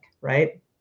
right